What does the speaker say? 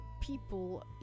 people